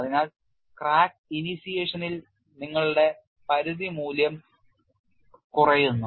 അതിനാൽ crack initiation ൽ നിങ്ങളുടെ പരിധി മൂല്യം കുറയുന്നു